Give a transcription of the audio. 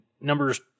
numbers